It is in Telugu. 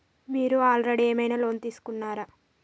మీరు ఆల్రెడీ ఏమైనా లోన్ తీసుకున్నారా?